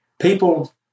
people